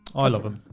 i love them.